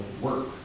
work